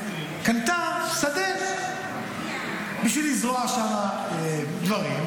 קנתה שדה בשביל לזרוע שם דברים,